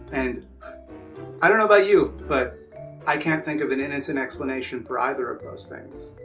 and i don't know about you, but i can't think of an innocent explanation for either of those things.